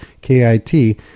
K-I-T